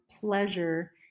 pleasure